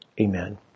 Amen